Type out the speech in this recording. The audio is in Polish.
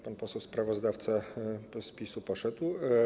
Pan poseł sprawozdawca z PiS-u poszedł.